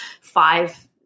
five